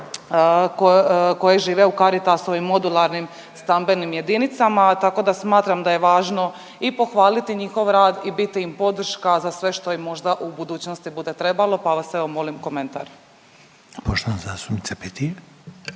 koje žive u Caritasovim modularnim stambenim jedinicama, tako da smatram da je važno i pohvaliti njihov rad i biti im podrška za sve što im možda u budućnosti bude trebalo, pa vas evo molim komentar. **Reiner, Željko